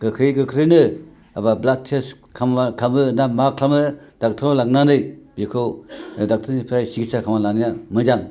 गोख्रै गोख्रैनो blood test खालामो ना मा खालामो ड'क्टरनाव लांनानै बेखौ ड'क्टरनिफ्राय सिखिदसा खालामनानै लानाया मोजां